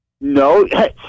No